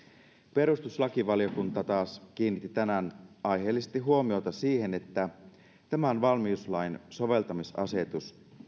perustuslakivaliokunta taas kiinnitti tänään aiheellisesti huomiota siihen että tämän valmiuslain soveltamisasetus